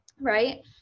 right